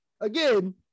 again